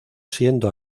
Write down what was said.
siendo